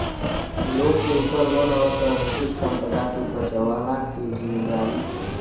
लोग के ऊपर वन और प्राकृतिक संपदा के बचवला के जिम्मेदारी होला